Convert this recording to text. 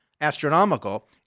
astronomical